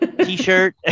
T-shirt